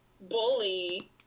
bully